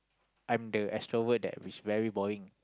I'm the extrovert that is very boring